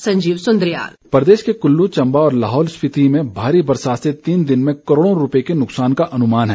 VO प्रदेश के कुल्लू चम्बा और लाहौल स्पिति में भारी बरसात से तीन दिन में करोड़ों रूपये के नुकसान का अनुमान है